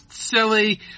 Silly